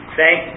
thank